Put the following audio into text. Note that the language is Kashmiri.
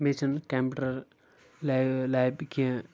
بیٚیہِ چھنہٕ کمپیوٗٹر لیبہِ کیٚنٛہہ